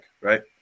right